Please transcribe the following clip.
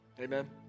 Amen